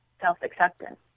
self-acceptance